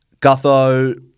Gutho